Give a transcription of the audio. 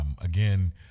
Again